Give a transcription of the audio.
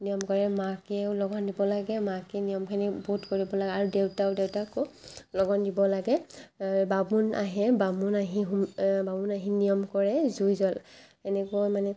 নিয়ম কৰে মাকেও লঘোণ দিব লাগে মাকে নিয়মখিনি বহুত কৰিব লাগে আৰু দেউতাও দেউতাকো লঘোণ দিব লাগে বামুণ আহে হোম বামুণ আহি নিয়ম কৰে জুই জ্বল্ এনেকৈ মানে